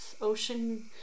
Ocean